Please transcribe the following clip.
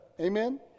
Amen